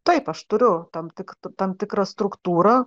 taip aš turiu tam tikt tam tikrą struktūrą